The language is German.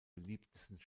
beliebtesten